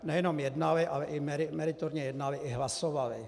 Nejenom jednali, ale meritorně jednali i hlasovali.